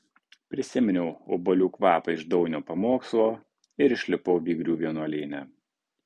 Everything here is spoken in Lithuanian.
prisiminiau obuolių kvapą iš daunio pamokslo ir išlipau vygrių vienuolyne